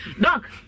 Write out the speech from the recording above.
Doc